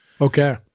Okay